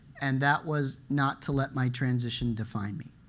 and that was not to let my transition define me.